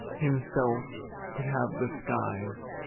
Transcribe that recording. himself could have the skies.